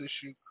issue